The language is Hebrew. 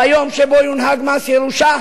ביום שבו יונהג מס ירושה